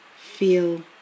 feel